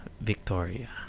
Victoria